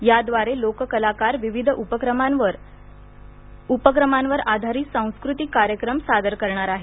याद्वारे लोककलाकार विविध उपक्रमांवर आधारित सांस्कृतिक कार्यक्रम सादर करणार आहेत